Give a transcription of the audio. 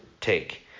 take